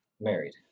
married